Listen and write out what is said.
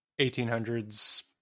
1800s